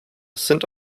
sind